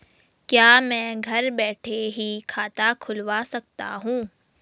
क्या मैं घर बैठे ही खाता खुलवा सकता हूँ?